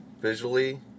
visually